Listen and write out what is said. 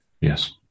Yes